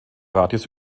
radius